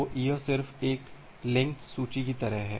तो यह सिर्फ एक लिंक्ड सूची की तरह है